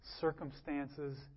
circumstances